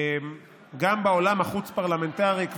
שגם בעולם החוץ-פרלמנטרי,